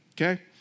Okay